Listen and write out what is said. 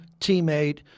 teammate